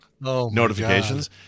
notifications